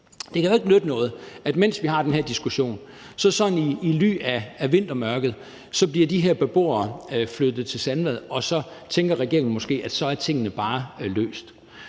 Det kan jo ikke nytte noget, at mens vi har den her diskussion, bliver de her beboere i ly af vintermørket flyttet til Sandvad, og så tænker regeringen måske, at så er tingene bare løst.